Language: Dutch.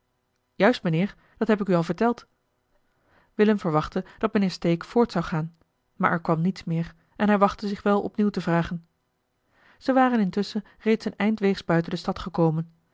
juist mijnheer dat heb ik u al verteld willem verwachtte dat mr stake voort zou gaan maar er kwam niets meer en hij wachtte zich wel opnieuw te vragen ze waren intusschen reeds een eindweegs buiten de stad gekomen